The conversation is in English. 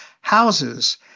houses